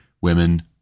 women